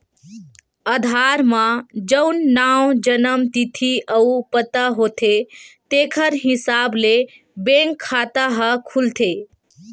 आधार म जउन नांव, जनम तिथि अउ पता होथे तेखर हिसाब ले बेंक खाता ह खुलथे